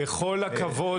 בכל הכבוד,